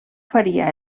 faria